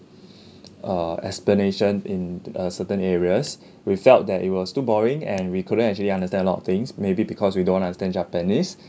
uh explanation in a certain areas we felt that it was too boring and we couldn't actually understand a lot of things maybe because we don't understand japanese